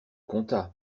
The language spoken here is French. compta